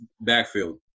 backfield